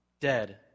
Dead